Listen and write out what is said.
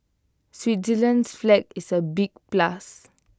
Switzerland's flag is A big plus